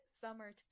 Summer